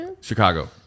Chicago